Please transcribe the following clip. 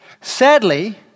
Sadly